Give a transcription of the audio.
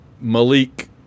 Malik